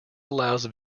allows